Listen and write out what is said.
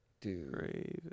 Dude